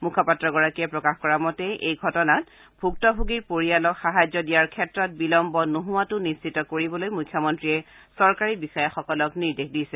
মূখপাত্ৰগৰাকীয়ে প্ৰকাশ কৰা মতে এই ঘটনাত ভূক্তভোগীৰ পৰিয়ালক সাহায্য দিয়াৰ ক্ষেত্ৰত বিলম্ব নোহোৱাটো নিশ্চিত কৰিবলৈ মুখ্য মন্ত্ৰীয়ে চৰকাৰী বিষয়াসকলক নিৰ্দেশ দিছে